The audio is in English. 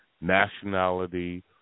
nationality